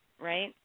right